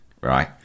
right